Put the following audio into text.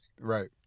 right